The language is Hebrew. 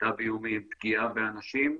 סחיטה באיומים, פגיעה באנשים,